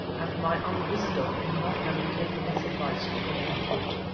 and my unwisdom in not having taken his advice to go on foot.